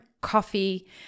coffee